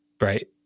right